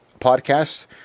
podcast